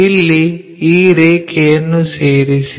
ಇಲ್ಲಿ ಈ ರೇಖೆಯನ್ನು ಸೇರಿಸಿ